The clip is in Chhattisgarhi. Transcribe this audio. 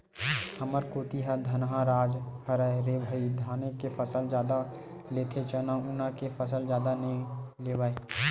हमर कोती ह धनहा राज हरय रे भई धाने के फसल जादा लेथे चना उना के फसल जादा नइ लेवय